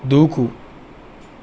దూకు